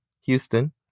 Houston